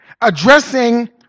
Addressing